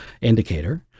indicator